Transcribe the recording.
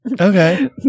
Okay